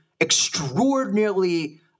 extraordinarily